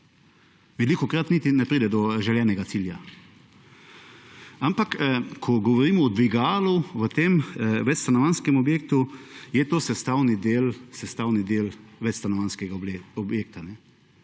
Velikokrat niti ne pride do željenega cilja, ampak ko govorimo o dvigalu v tem večstanovanjskem objektu je to sestavni del večstanovanjskega objekta